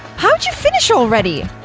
how'd you finish already?